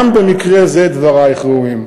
גם במקרה זה דברייך ראויים.